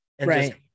Right